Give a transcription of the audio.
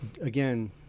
Again